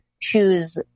choose